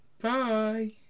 Bye